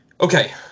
Okay